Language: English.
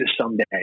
someday